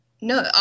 no